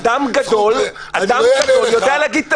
אדם גדול יודע להגיד טעיתי.